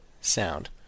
sound